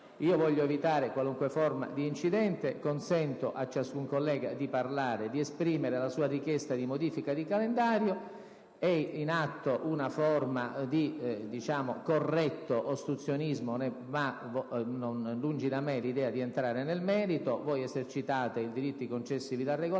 Io voglio evitare qualunque forma di incidente. Consento a ciascun collega di parlare e di illustrare la propria richiesta di modifica del calendario. È in atto una forma di corretto ostruzionismo. Lungi da me l'idea di entrare nel merito. Voi esercitate i diritti previsti dal Regolamento.